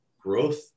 growth